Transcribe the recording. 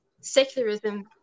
secularism